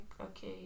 okay